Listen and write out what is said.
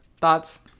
Thoughts